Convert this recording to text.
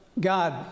God